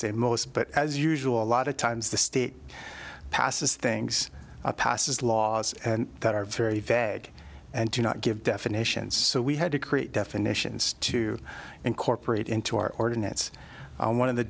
say most but as usual a lot of times the state passes things are passes laws and that are very vaga and do not give definitions so we had to create definitions to incorporate into our ordinates one of the